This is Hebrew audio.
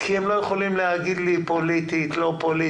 כי הם לא יכולים להגיד לי פוליטית, לא פוליטית.